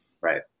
right